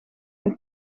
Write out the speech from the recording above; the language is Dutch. het